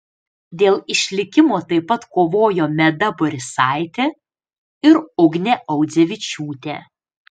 dėl išlikimo taip pat kovojo meda borisaitė ir ugnė audzevičiūtė